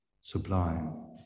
sublime